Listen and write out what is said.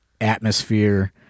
atmosphere